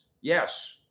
yes